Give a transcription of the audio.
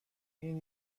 این